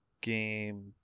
game